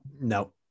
No